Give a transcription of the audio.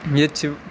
ییٚتہِ چھِ